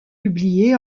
publié